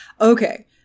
Okay